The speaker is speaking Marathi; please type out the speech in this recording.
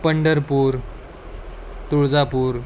पंढरपूर तुळजापूर